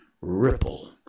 ripple